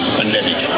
pandemic